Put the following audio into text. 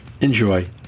enjoy